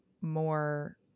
more